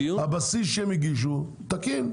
הבסיס שהם הגישו תקין,